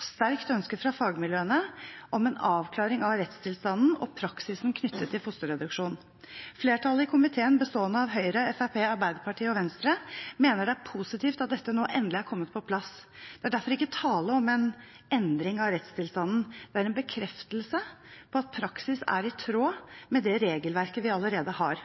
sterkt ønske fra fagmiljøene om en avklaring av rettstilstanden og praksisen knyttet til fosterreduksjon. Flertallet i komiteen, bestående av Høyre, Fremskrittspartiet, Arbeiderpartiet og Venstre, mener det er positivt at dette nå endelig er kommet på plass. Det er derfor ikke tale om en endring av rettstilstanden, det er en bekreftelse av at praksis er i tråd med det regelverket vi allerede har.